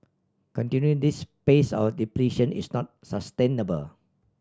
continuing this pace of depletion is not sustainable